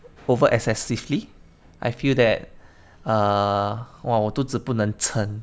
over excessively I feel that err !wah! 我肚子不能撑